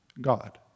God